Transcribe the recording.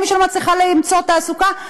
למי שלא מצליחה למצוא תעסוקה,